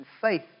faith